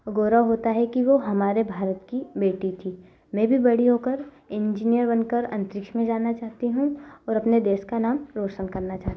गौरव होता है कि वह हमारे भारत की बेटी थी मैं भी बड़ी होकर इंजीनियर बनकर अंतरिक्ष में जाना चाहती हूँ और अपने देश का नाम रोशन करना चाहती हूँ